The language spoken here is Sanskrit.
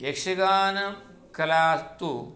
यक्षगानकलास्तु